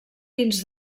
pins